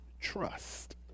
trust